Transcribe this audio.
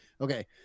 Okay